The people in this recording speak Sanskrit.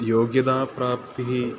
योग्यताप्राप्तिः